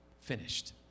finished